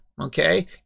Okay